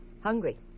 hungry